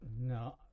No